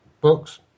books